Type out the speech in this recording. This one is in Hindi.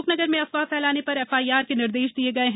अशोकनगर में अफवाह फैलाने पर एफआईआर के निर्देश दिये गये हैं